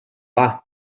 bah